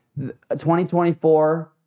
2024